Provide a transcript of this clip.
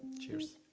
cheers!